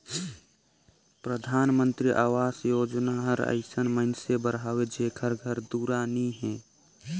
परधानमंतरी अवास योजना हर अइसन मइनसे बर हवे जेकर घर दुरा नी हे